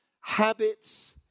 Habits